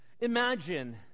Imagine